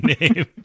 name